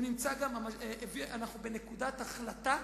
אנחנו בנקודת החלטה.